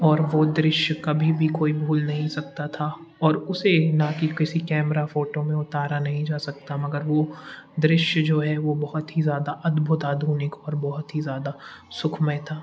और वो दृश्य कभी भी कोई भूल नहीं सकता था और उसे ना कि किसी कैमरा फ़ोटो में उतारा नहीं जा सकता मगर वो दृश्य जो है वो बहुत ही ज़्यादा अद्भुत आधुनिक और बहुत ही ज़ादा सुखमय था